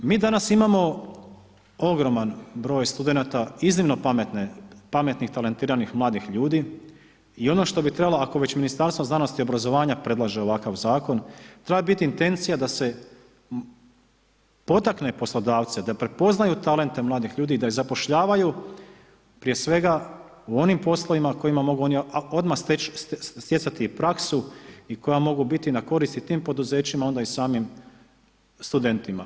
Mi danas imamo ogroman broj studenata, iznimno pametne, pametnih talentiranih mladih ljudi i ono što bi trebalo, ako već Ministarstvo znanosti i obrazovanja predlaže ovakav zakon, treba biti intencija, da se potakne poslodavce da prepoznaju talente mladih ljudi i da ih zapošljavaju prije svega, u onim poslovima, u kojima oni odmah stjecati praksu i koja mogu biti na korist i tim poduzećima onda i samim studentima.